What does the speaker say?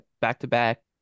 back-to-back